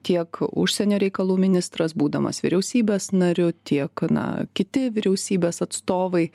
tiek užsienio reikalų ministras būdamas vyriausybės nariu tiek na kiti vyriausybės atstovai